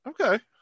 Okay